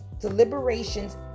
deliberations